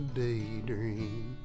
daydream